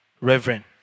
reverend